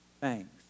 thanks